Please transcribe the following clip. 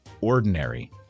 ordinary